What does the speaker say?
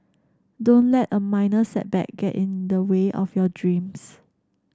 don't let a minor setback get in the way of your dreams